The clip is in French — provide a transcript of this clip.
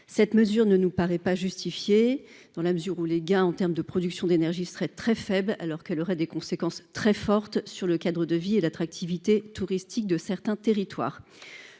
cette mesure ne nous paraît pas justifiée dans la mesure où les gains en termes de production d'énergie très très faible, alors qu'elle aurait des conséquences très forte sur le Cadre de vie et l'attractivité touristique de certains territoires,